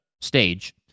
stage